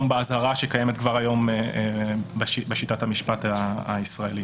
באזהרה שקיימת כבר היום בשיטת המשפט הישראלית.